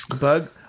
Bug